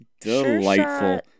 delightful